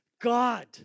God